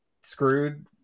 screwed